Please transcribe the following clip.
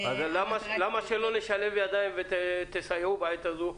אז למה לא לשלב ידיים ותסייעו בעת הזה?